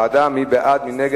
בעד ההסתייגות, 2, נגד,